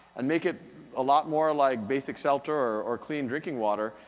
and make it a lot more like basic shelter, or clean drinking water,